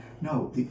No